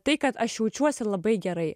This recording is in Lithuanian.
tai kad aš jaučiuosi labai gerai